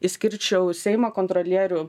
išskirčiau seimo kontrolierių